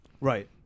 right